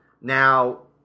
Now